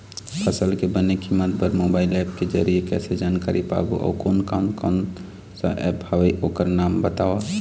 फसल के बने कीमत बर मोबाइल ऐप के जरिए कैसे जानकारी पाबो अउ कोन कौन कोन सा ऐप हवे ओकर नाम बताव?